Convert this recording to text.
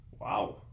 Wow